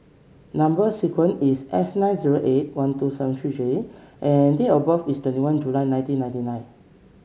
number sequence is S nine zero eight one two seven three J and date of birth is twenty one July nineteen ninety nine